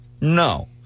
No